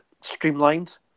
streamlined